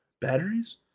batteries